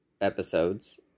episodes